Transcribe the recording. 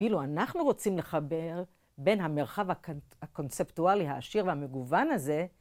אילו אנחנו רוצים לחבר בין המרחב הקונספטואלי העשיר והמגוון הזה.